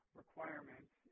requirements